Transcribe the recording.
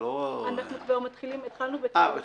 התחלנו כבר.